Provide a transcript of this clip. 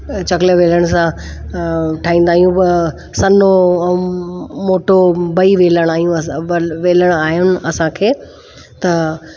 चकले वेलण सां ठाहींदा आहियूं सन्हो मोटो ॿई वेलण आयूं असां वेलण आहिनि असांखे त